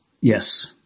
Yes